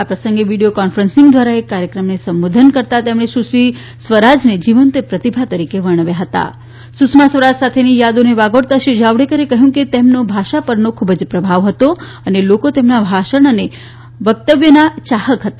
આ પ્રસંગે video conferencing દ્વારા એક કાર્યક્રમને સંબોધન કરતાં તેમણે સુશ્રી સ્વરાજને જીવંત પ્રતિભા તરીકે વર્ણવ્યા હતા સુષ્મા સ્વરાજ સાથેની યા દોને વાગોળતાં શ્રી જાવડેકરે કહ્યું કે તેમનો ભાષા પર ખૂબ જ પ્રભાવ હતો અને લોકો તેમના ભાષણ અને વકતત્વના ચાહક હતા